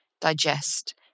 digest